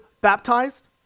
baptized